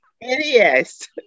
Yes